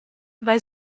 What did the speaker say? weil